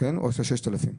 או שזה 6,000?